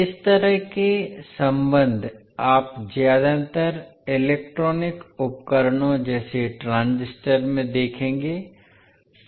इस तरह के सम्बन्ध आप ज्यादातर इलेक्ट्रॉनिक उपकरणों जैसे ट्रांजिस्टर में देखेंगे